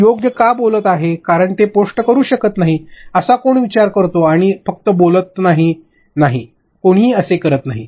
ते योग्य का बोलत आहेत कारण असे पोस्ट करू शकत नाही असा कोण विचार करतो आणि फक्त बोलतो नाही नाही कोणीही असे करत नाही